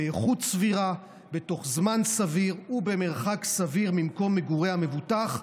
"באיכות סבירה בתוך זמן סביר ובמרחק סביר ממקום מגורי המבוטח,